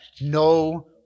No